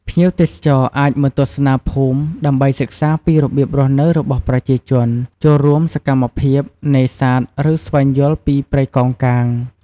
ភ្ញៀវទេសចរអាចមកទស្សនាភូមិ ដើម្បីសិក្សាពីរបៀបរស់នៅរបស់ប្រជាជន ចូលរួមសកម្មភាពនេសាទ ឬស្វែងយល់ពីព្រៃកោងកាង។